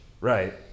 right